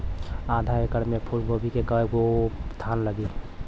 आधा एकड़ में फूलगोभी के कव गो थान लागी?